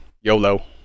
YOLO